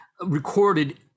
recorded